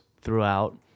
throughout